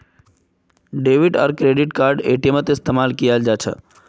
debit या credit card एटीएमत इस्तेमाल कियाल जा छ